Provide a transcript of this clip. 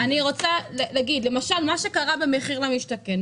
מה שקרה במחיר למשתכן,